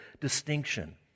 distinction